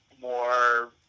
more